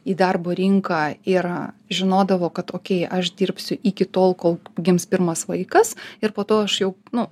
į darbo rinką ir žinodavo kad okei aš dirbsiu iki tol kol gims pirmas vaikas ir po to aš jau nu